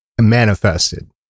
manifested